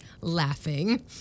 laughing